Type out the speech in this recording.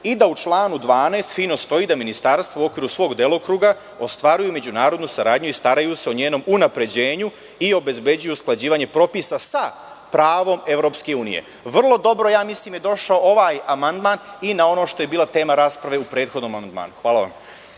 i da u članu 12. stoji da ministarstvo u okviru svog delokruga ostvaruje međunarodnu saradnju i stara se o njenom unapređenju i obezbeđuje usklađivanje propisa sa pravom EU.Vrlo dobro je došao ovaj amandman i na ono što je bila tema rasprave u prethodnom amandmanu. Hvala vam